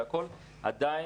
עדיין,